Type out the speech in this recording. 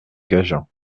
gajan